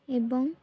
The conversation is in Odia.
ଏବଂ